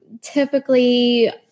Typically